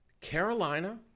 Carolina